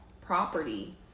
property